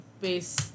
base